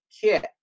kit